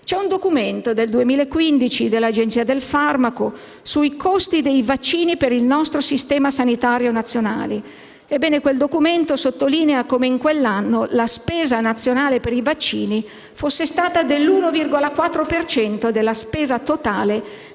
Un documento del 2015 dell'Agenzia del farmaco sui costi dei vaccini per il nostro Sistema sanitario nazionale sottolinea come in quell'anno la spesa nazionale per i vaccini fosse stata l'l,4 per cento della spesa totale